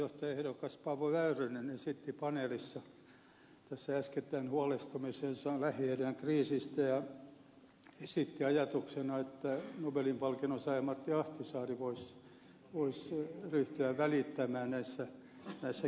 puheenjohtajaehdokas paavo väyrynen esitti paneelissa tässä äskettäin huolestumisensa lähi idän kriisistä ja esitti ajatuksena että nobelin palkinnon saaja martti ahtisaari voisi ryhtyä välittämään näissä kysymyksissä